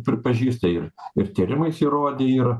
pripažįsta ir ir tyrimais įrodę yra